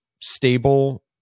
stable